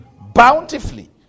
bountifully